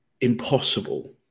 impossible